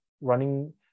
running